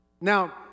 Now